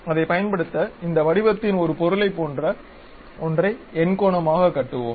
அதைப் பயன்படுத்த இந்த வடிவத்தின் ஒரு பொருளைப் போன்ற ஒன்றை எண்கோணமாகக் கட்டுவோம்